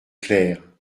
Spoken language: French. claire